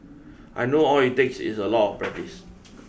I know all it takes is a lot of practice